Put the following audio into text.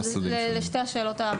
אז אשמח לקבל התייחסות לשתי השאלות הקודמות.